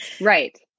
Right